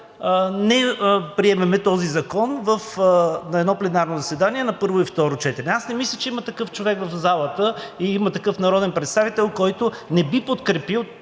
не приемем този закон на едно пленарно заседание на първо и второ четене. Аз не мисля, че има такъв човек в залата и има такъв народен представител, който не би подкрепил